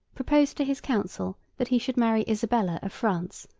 proposed to his council that he should marry isabella, of france,